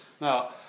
Now